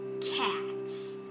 cats